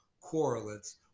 correlates